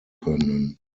können